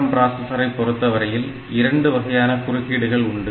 ARM பிராசஸரை பொறுத்தவரையில் இரண்டு வகையான குறுக்கீடுகள் உண்டு